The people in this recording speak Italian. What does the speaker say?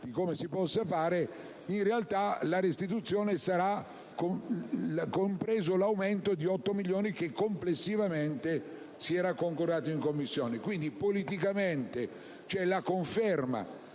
di come si possa fare. In realtà, nella restituzione sarà compreso l'aumento di 8 milioni, che complessivamente era stato concordato in Commissione. Pertanto, politicamente c'è la conferma